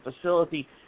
facility